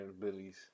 Billy's